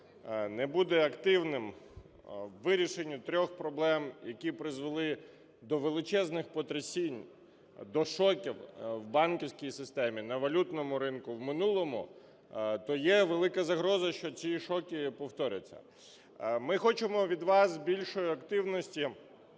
не буде активним у вирішенні трьох проблем, які призвели до величезних потрясінь, до шоків в банківській системі, на валютному ринку в минулому, то є велика загроза, що ці шоки повторяться. Ми хочемо від вас більшої активності